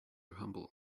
humble